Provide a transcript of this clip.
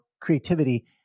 creativity